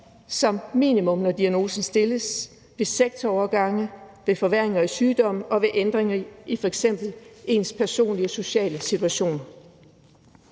behov, når diagnosen stilles, ved sektorovergange, ved forværring af sygdommen og ved ændringer i f.eks. ens personlige sociale situation.